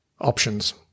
options